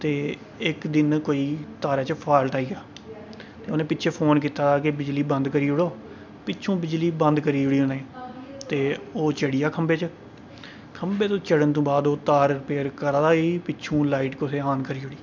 ते इक दिन कोई तारें च फाल्ट आई गेआ ते उन्नै पिच्छै फोन कीता कि बिजली बंद करी ओड़ो पिच्छूं बिजली बंद करी ओड़ी उ'नें ते ओह् चढ़ी गेआ खम्बे पर खम्बे तूं चढ़न तूं बाद ओह् तार रिपेयर करा दा ही पिच्छूं लाइट कुसै नै आन करी ओड़ी